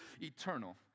eternal